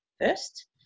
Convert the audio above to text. first